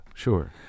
Sure